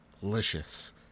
delicious